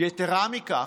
יתרה מזו,